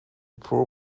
pro